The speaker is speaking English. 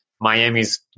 Miami's